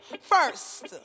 first